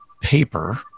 paper